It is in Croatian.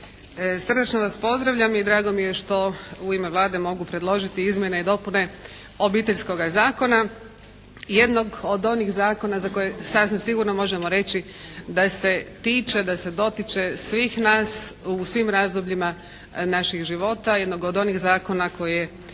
Srdačno vas pozdravljam i drago mi je što u ime Vlade mogu predložiti izmjene i dopune Obiteljskog zakona jednog od onih zakona za koje sasvim sigurno možemo reći da se tiče, da se dotiče svih nas u svim razdobljima naših života, jednog od onih zakona koji je